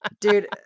Dude